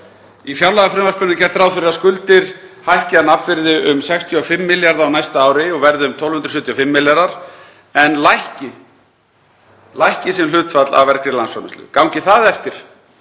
Í fjárlagafrumvarpinu er gert ráð fyrir að skuldir hækki að nafnvirði um 65 milljarða á næsta ári og verði um 1.275 milljarðar en lækki sem hlutfall af vergri landsframleiðslu. Gangi það eftir